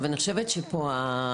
ופריסתם לא לפי הצורך המעשי בשטח,